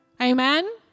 Amen